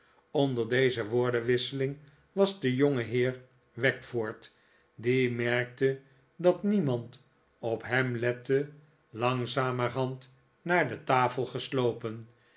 onder deze woordenwisseling was de jongeheer wackford die merkte dat niemand op hem lette langzamerhand naar de tafel geslopen